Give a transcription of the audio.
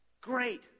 Great